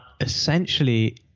essentially